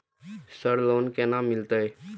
Sir loan केना मिलते?